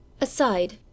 Aside